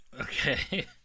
Okay